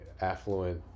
affluent